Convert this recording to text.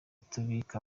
tubita